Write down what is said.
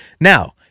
Now